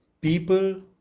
people